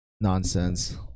nonsense